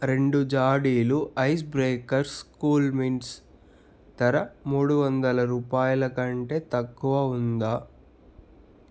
రెండు జాడీలు Ice Breakers Cool Mints ధర మూడు వందల రూపాయల కంటే తక్కువ ఉందా